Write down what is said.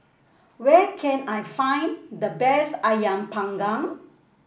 where can I find the best ayam panggang